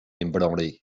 ébranlée